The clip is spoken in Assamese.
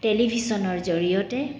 টেলিভিছনৰ জৰিয়তে